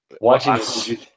Watching